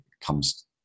comes